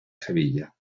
sevilla